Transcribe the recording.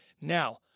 Now